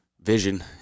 vision